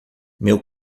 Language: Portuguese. meu